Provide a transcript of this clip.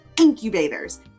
incubators